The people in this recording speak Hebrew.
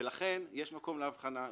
ולכן יש מקום להבחנה.